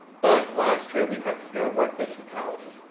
but last year we had fewer workplace fatalities.